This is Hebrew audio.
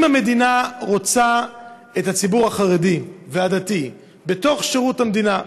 אם המדינה רוצה את הציבור החרדי והדתי בתוך שירות המדינה,